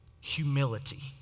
humility